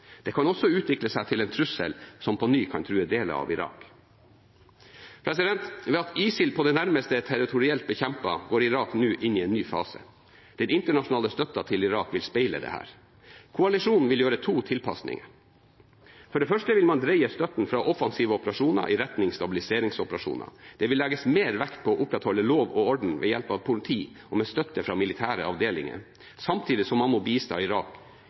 kan også utvikle seg til en trussel som på ny kan true deler av Irak. Ved at ISIL på det nærmeste er territorielt bekjempet, går Irak nå inn i en ny fase. Den internasjonale støtten til Irak vil speile dette. Koalisjonen vil gjøre to tilpasninger: For det første vil man dreie støtten fra offensive operasjoner i retning stabiliseringsoperasjoner. Det vil legges mer vekt på å opprettholde lov og orden ved hjelp av politi og med støtte fra militære avdelinger, samtidig som man må bistå Irak